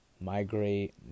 migrate